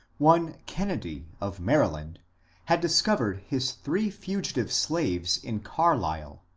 one kennedy of maryland had discovered his three fugi tive slaves in carlisle,